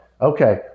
okay